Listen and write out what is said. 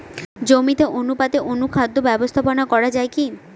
জমিতে অনুপাতে অনুখাদ্য ব্যবস্থাপনা করা য়ায় কি?